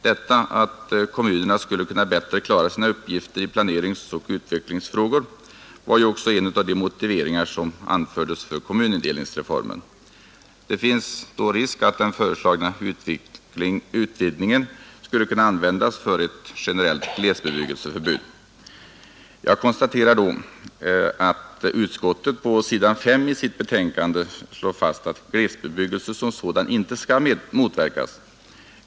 Detta — att kommunerna skulle kunna bättre klara sina uppgifter i planeringsoch utvecklingsfrågor — var ju också en av de motiveringar som anfördes för kommunindelningsreformen. Det finns risk att den föreslagna utvidgningen skulle kunna användas för ett generellt glesbebyggelseförbud. Jag noterar då att civilutskottet på s. 5 i betänkande nr 26 uttalar att glesbebyggelse som sådan inte skall motverkas.